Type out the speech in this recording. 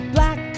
Black